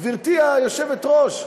גברתי היושבת-ראש,